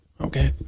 Okay